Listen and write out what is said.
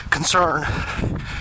concern